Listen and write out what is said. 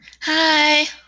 Hi